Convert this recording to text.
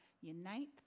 unite